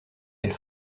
elle